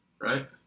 right